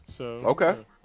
Okay